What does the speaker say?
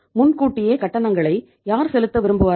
முன்கூட்டியே கட்டணங்களை யார் செலுத்த விரும்புவார்கள்